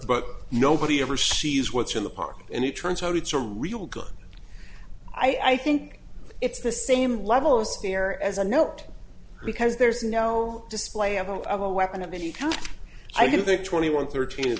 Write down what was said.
but nobody ever sees what's in the park and it turns out it's a real good i think it's the same level as the air as a note because there's no display of a weapon of any kind i don't think twenty one thirteen